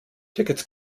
tickets